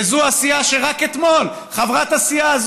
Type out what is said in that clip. וזו הסיעה שרק אתמול חברת הסיעה,